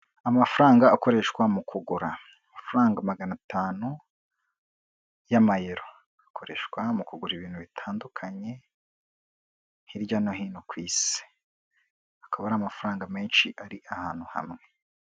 Amafaranga akoreshwa mu kugura, amafaranga magana atanu y'Amayero, akoreshwa mu kugura ibintu bitandukanye hirya no hino ku isi, akaba ari amafaranga menshi ari ahantu hamwe.